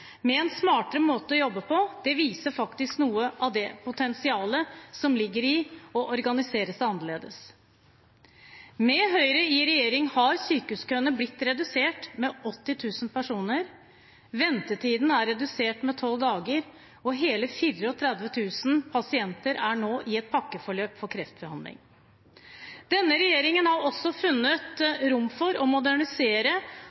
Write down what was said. med en smartere måte å jobbe på. Det viser noe av det potensialet som ligger i å organisere seg annerledes. Med Høyre i regjering har sykehuskøene blitt redusert med 80 000 personer, ventetiden er redusert med tolv dager, og hele 34 000 pasienter er nå i et pakkeforløp for kreftbehandling. Denne regjeringen har også funnet